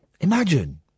Imagine